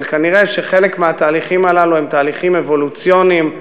אבל כנראה חלק מהתהליכים הללו הם תהליכים אבולוציוניים,